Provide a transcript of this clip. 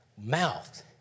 mouth